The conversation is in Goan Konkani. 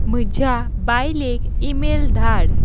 म्हज्या बायलेक ईमेल धाड